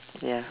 ya